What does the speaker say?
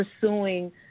pursuing